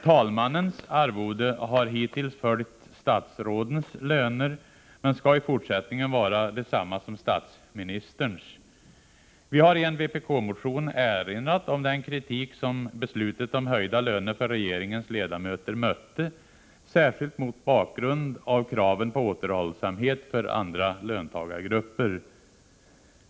Talmannens arvode har hittills följt statsrådens löner men skall i fortsättningen vara densamma som statsministerns. Vi har i en vpk-motion erinrat om den kritik som mötte beslutet om höjda löner för regeringens ledamöter, särskilt mot bakgrund av kraven på återhållsamhet för andra löntagargrupper.